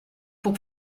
pour